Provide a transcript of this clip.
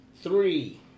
Three